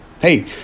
Hey